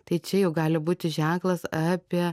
tai čia jau gali būti ženklas apie